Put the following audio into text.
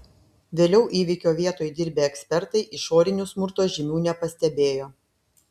vėliau įvykio vietoj dirbę ekspertai išorinių smurto žymių nepastebėjo